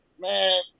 man